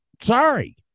Sorry